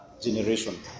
generation